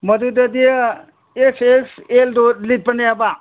ꯃꯗꯨꯗꯗꯤ X X ꯑꯦꯜꯗꯣ ꯂꯤꯠꯄꯅꯦꯕ